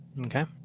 Okay